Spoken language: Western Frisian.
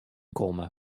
komme